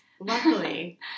Luckily